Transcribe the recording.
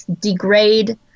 degrade